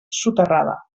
soterrada